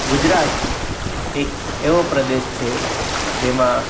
ગુજરાત એક એવો પ્રદેશ છે જેમાં